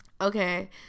Okay